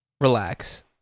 Relax